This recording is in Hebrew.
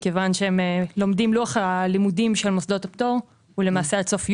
מכיוון שלוח הלימודים של מוסדות הפטור הוא למעשה עד סוף יולי,